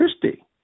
Christie